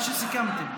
מה שסיכמתם.